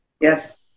Yes